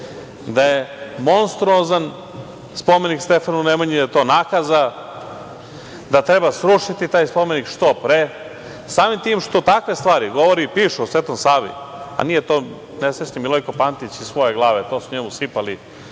da je monstruozan spomenik Stefanu Nemanji, da je to nakaza, da treba srušiti taj spomenik što pre. Samim tim što takve stvari govori i pišu o Svetom Savi, a nije to nesrećni Milojko Pantić iz svoje glave, to su njemu sipali,